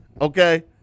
Okay